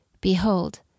Behold